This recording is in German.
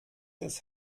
des